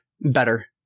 better